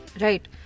Right